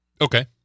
Okay